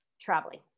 traveling